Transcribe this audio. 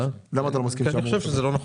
כי אני חושב שזה לא נכון.